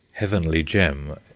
heavenly gem,